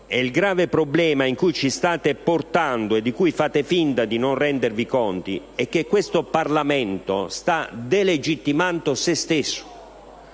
e il grave problema in cui ci state trascinando e di cui fate finta di non rendervi conto è che questo Parlamento sta delegittimando se stesso.